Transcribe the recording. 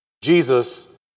Jesus